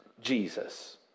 Jesus